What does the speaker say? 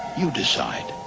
you decide.